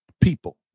people